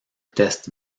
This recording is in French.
test